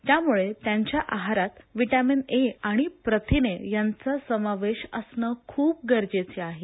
त्यामुळे त्यांच्या आहारात व्हिटॅमिन ए आणि प्रथिने यांचा समावेश असणं खूप गरजेचं आहे